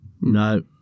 No